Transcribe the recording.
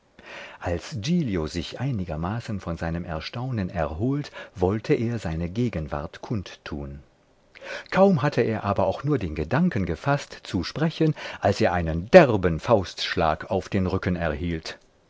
als giglio sich einigermaßen von seinem erstaunen erholt wollte er seine gegenwart kundtun kaum hatte er aber auch nur den gedanken gefaßt zu sprechen als er einen derben faustschlag auf den rücken erhielt